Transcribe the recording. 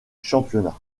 championnat